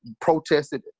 protested